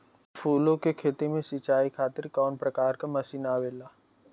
फूलो के खेती में सीचाई खातीर कवन प्रकार के मशीन आवेला?